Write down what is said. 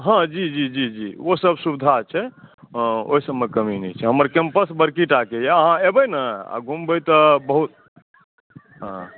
हँ जी जी जी जी ओ सब सुविधा छै ओहि सबमे कमी नहि छै हमर कैंपस बड़की टा के यऽ अहाँ एबै ने आ घुमबै तऽ बहुत हँ